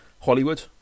Hollywood